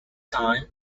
time